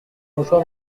mouchoir